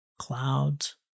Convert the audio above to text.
Clouds